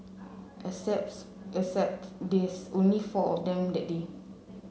except there's only four of them that day